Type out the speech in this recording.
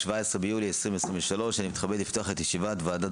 17 ביולי 2023. אני מתכבד לפתוח את ישיבת ועדת